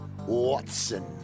Watson